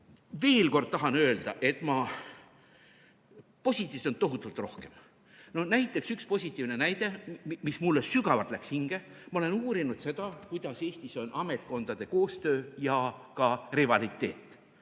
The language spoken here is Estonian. Veel kord tahan öelda, et positiivset on tohutult rohkem. Näiteks üks positiivne näide, mis läks mulle sügavalt hinge. Ma olen uurinud, kuidas Eestis on lood ametkondade koostöö ja ka rivaliteediga: